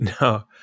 no